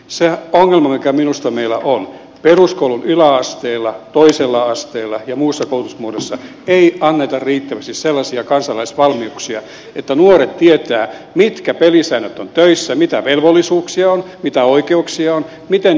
se ongelma mikä minusta meillä on peruskoulun yläasteella toisella asteella ja muissa koulutusmuodoissa on se että ei anneta riittävästi sellaisia kansalaisvalmiuksia että nuoret tietävät mitkä pelisäännöt on töissä mitä velvollisuuksia on mitä oikeuksia on miten nämä systeemit toimivat